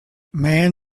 man